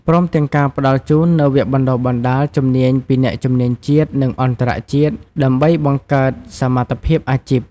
ព្រមទាំងការផ្តល់ជូននូវវគ្គបណ្ដុះបណ្ដាលជំនាញពីអ្នកជំនាញជាតិ និងអន្តរជាតិ ដើម្បីបង្កើតសមត្ថភាពអាជីព។